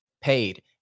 paid